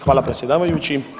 Hvala predsjedavajući.